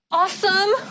awesome